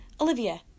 Olivia